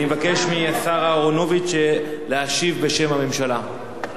אני מבקש מהשר אהרונוביץ להשיב בשם הממשלה.